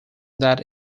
that